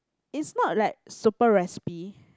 is not like super raspy